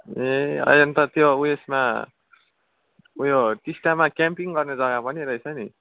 ए अहिले अन्त त्यो उयसमा उयो टिस्टामा क्याम्पिङ गर्ने जग्गा पनि रहेछ नि